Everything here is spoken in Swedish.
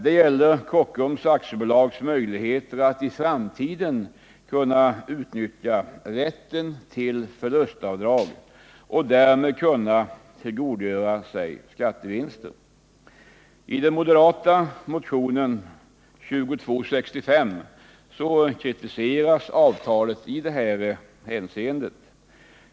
Det gäller Kockums AB:s möjligheter att i framtiden utnyttja rätten till förlustavdrag och därmed tillgodogöra sig skattevinster. I den moderata motionen 2265 kritiseras avtalet i detta hänseende.